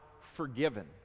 forgiven